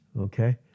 Okay